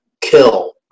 kill